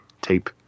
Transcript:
tape